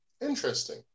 Interesting